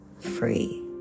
free